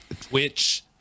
twitch